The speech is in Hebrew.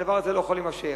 הדבר הזה לא יכול להימשך.